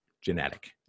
genetic